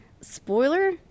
spoiler